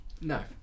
No